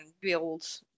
build